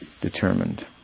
determined